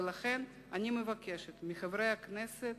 ולכן אני מבקשת מחברי הכנסת,